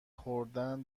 خوردن